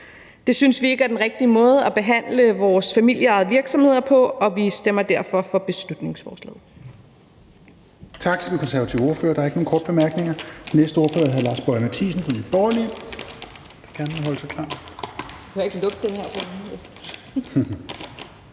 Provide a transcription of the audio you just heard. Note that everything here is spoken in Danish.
Det synes vi ikke er den rigtige måde at behandle vores familieejede virksomheder på, og vi stemmer derfor for beslutningsforslaget.